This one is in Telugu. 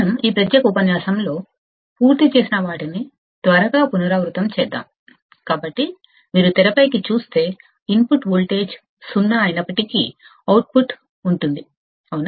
మనం ఈ ప్రత్యేక ఉపన్యాసంలో పూర్తి చేసిన వాటిని త్వరగా పునరావృతం చేద్దాం కాబట్టి మీరు తెరపైకి చూస్తే ఇన్పుట్ వోల్టేజ్ సున్నా అయినప్పటికీ అవుట్పుట్ఉంటుందిఅవునా